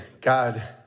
God